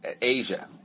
Asia